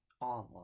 online